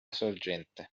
sorgente